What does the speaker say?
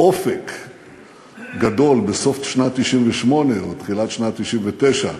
אופק גדול, בסוף שנת 1998, תחילת שנת 1999,